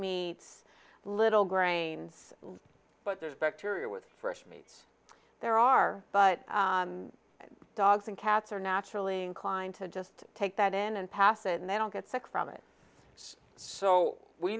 me little grains but there's bacteria with first meats there are but dogs and cats are naturally inclined to just take that in and pass and they don't get sick from it so we